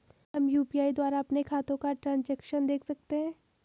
हम यु.पी.आई द्वारा अपने खातों का ट्रैन्ज़ैक्शन देख सकते हैं?